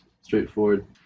Straightforward